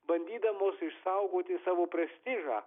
bandydamos išsaugoti savo prestižą